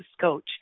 coach